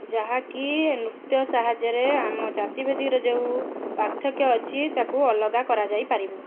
ଯାହାକି ନୃତ୍ୟ ସାହାଯ୍ୟରେ ଆମ ଜାତିଭେଦର ଯେଉଁ ପାର୍ଥକ୍ୟ ଅଛି ତାକୁ ଅଲଗା କରାଯାଇପାରିବ